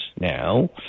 now